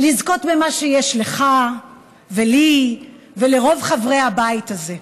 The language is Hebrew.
לזכות במה שיש לך ולי ולרוב חברי הבית הזה,